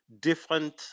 different